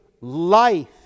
life